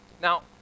Now